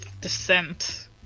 descent